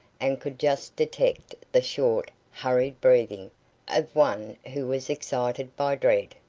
and could just detect the short, hurried breathing of one who was excited by dread.